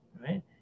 right